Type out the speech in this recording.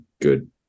good